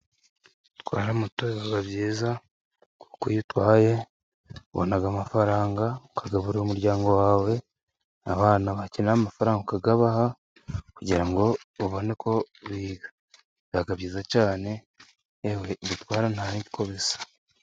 Gutwara moto biba byiza, kuko iyo uyitwaye ubona amafaranga, ukagaburira umuryango wawe, abana bakenera amafaranga ukayabaha, kugira ngo ubone uko biga. Biba byiza cyane, ewe gutwara nta ko bisa.